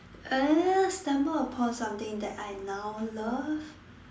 uh stumble upon something that I now love